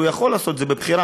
יכול לעשות את זה בבחירה.